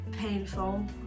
Painful